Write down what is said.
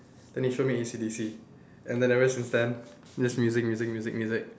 then he showed me A_C_D_C and then ever since then is just music music music music